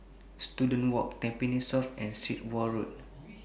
Students Walk Tampines South and Sit Wah Road